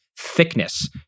thickness